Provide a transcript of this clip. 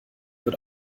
wird